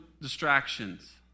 distractions